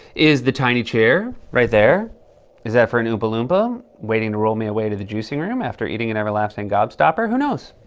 is the tiny chair right there is that for an oompa loompa, waiting to roll me away to the juicing room after eating an everlasting gobstopper? who knows?